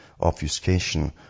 obfuscation